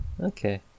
Okay